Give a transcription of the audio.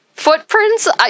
footprints